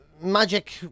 magic